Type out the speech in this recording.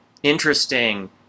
interesting